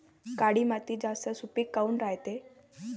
काळी माती जास्त सुपीक काऊन रायते?